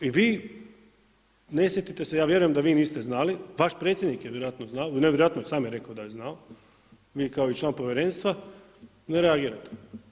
I vi ne sjetite se, ja vjerujem da vi niste znali, vaš predsjednik je vjerojatno znao, ne vjerojatno, sam je rekao da je znao, vi kao član povjerenstva ne reagirate.